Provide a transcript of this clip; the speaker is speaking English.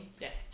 Yes